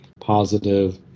positive